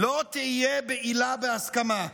לא תהיה בעילה בהסכמה.